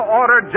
order